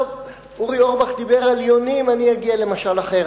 אורי אורבך דיבר על יונים, אני אגיע למשל אחר.